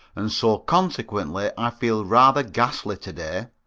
and so consequently i feel rather ghastly to-day.